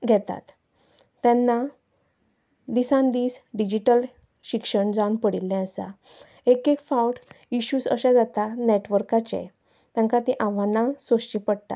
घेतात तेन्ना दिसान दीस डिजीटल शिक्षण जावन पडिल्लें एक एक फावट इश्यूस अशे जाता नेटवर्काचे तेंकां ती आव्हानां सोंसची पडटात